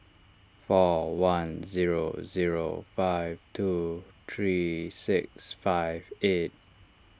four one zero zero five two three six five eight